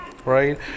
right